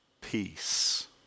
peace